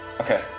Okay